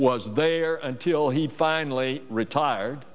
was there until he finally retired